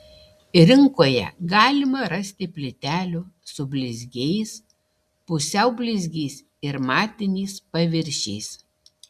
rinkoje galima rasti plytelių su blizgiais pusiau blizgiais ir matiniais paviršiais